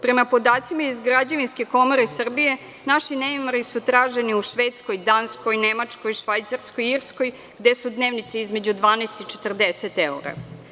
Prema podacima iz Građevinske komore Srbije naši neimari su traženi u Švedskoj, Danskoj, Nemačkoj, Švajcarskoj, Irskoj, gde su dnevnice između 12 i 40 evra.